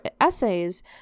essays